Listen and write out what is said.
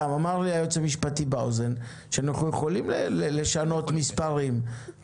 אמר לי היועץ המשפטי באוזן שאנחנו יכולים לשנות מספרים,